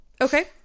Okay